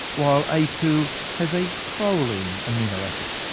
while a two has a proline amino acid.